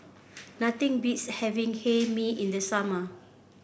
nothing beats having Hae Mee in the summer